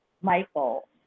Michael